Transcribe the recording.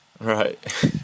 Right